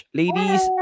ladies